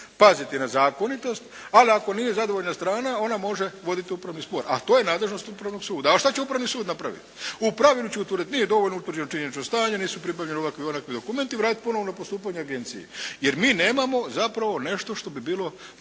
paziti na zakonitost, ali ako nije zadovoljna strana ona može voditi upravni spor, a to je nadležnost Upravnog suda. A šta će Upravni sud napraviti? U pravilu će utvrditi, nije dovoljno utvrđeno činjenično stanje, nisu pribavljeni ovakvi ili onakvi dokumenti, vratiti ponovno na postupanje agenciji. Jer mi nemamo zapravo nešto što bi bilo